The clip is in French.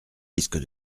risque